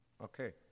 Okay